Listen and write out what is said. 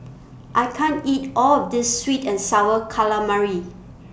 I can't eat All of This Sweet and Sour Calamari